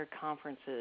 conferences